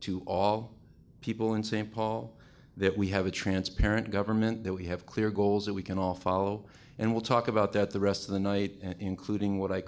to all people in st paul that we have a transparent government that we have clear goals that we can all follow and we'll talk about that the rest of the night and including what i